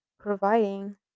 providing